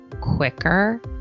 quicker